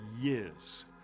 years